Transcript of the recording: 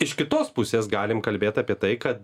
iš kitos pusės galim kalbėt apie tai kad